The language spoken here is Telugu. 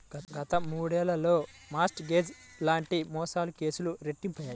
గత మూడేళ్లలో మార్ట్ గేజ్ లాంటి మోసాల కేసులు రెట్టింపయ్యాయి